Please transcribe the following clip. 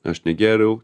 aš negėriau